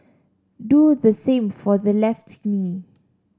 do the same for the left knee